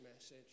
message